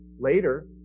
later